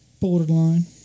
Borderline